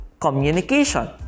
communication